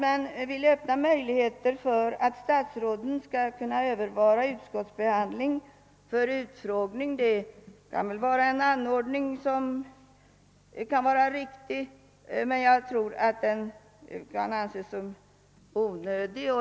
Man vill nu öppna möjligheter för utskotten att anordna utfrågning av statsråden, och det kan väl vara en an tagbar anordning, men jag tror att det är onödigt.